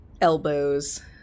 Elbows